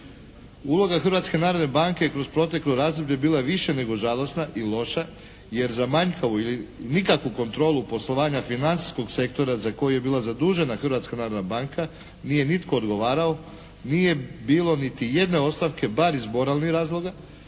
banke kroz proteklo razdoblje bila je više nego žalosna i loša, jer za manjkavu ili nikakvu kontrolu poslovanja financijskog sektora za koji je bila zadužena Hrvatska narodna banka nije nitko odgovarao, nije bilo niti jedne ostavke bar iz moralnih razloga,